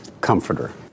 comforter